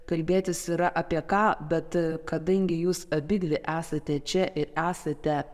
kalbėtis yra apie ką bet kadangi jūs abidvi esate čia ir esate